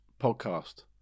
podcast